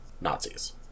Nazis